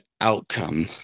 outcome